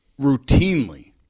routinely